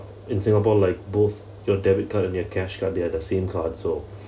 in singapore like both your debit card and your cash card they are the same card so